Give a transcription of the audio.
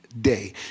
day